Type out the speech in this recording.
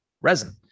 resin